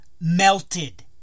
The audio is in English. melted